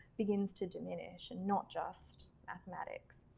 begins to diminish and not just mathematics.